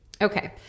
Okay